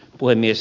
puhemies